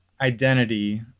identity